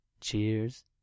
cheers